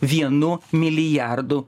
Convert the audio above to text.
vienu milijardu